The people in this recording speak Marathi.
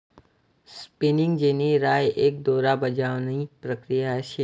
स्पिनिगं जेनी राय एक दोरा बजावणी प्रक्रिया शे